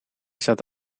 zat